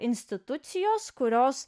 institucijos kurios